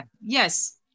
yes